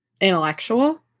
intellectual